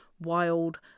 wild